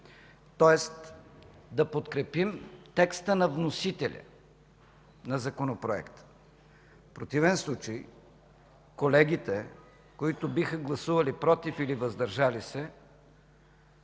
тоест да подкрепим текста на вносителя на Законопроекта. В противен случай колегите, които биха гласували „против” или „въздържали се”,